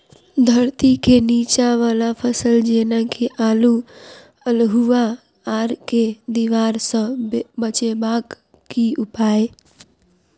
धरती केँ नीचा वला फसल जेना की आलु, अल्हुआ आर केँ दीवार सऽ बचेबाक की उपाय?